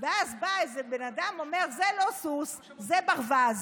ואז בא איזה בן אדם ואומר: זה לא סוס, זה ברווז.